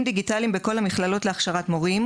דיגיטליים בכל המכללות להכשרת מורים,